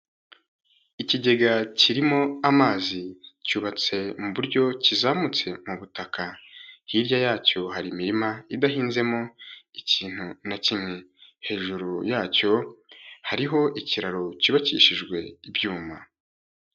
Ikigega kirimo amazi cyubatse mu buryo kizamutse mu butaka, hirya yacyo hari imirima idahinzemo ikintu na kimwe. Hejuru yacyo hariho ikiraro cyubakishijwe ibyuma.